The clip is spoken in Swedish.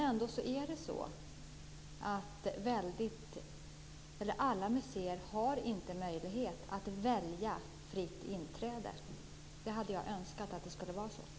Ändå är det så att alla museer inte har möjlighet att välja fritt inträde. Jag hade önskat att det skulle ha varit så.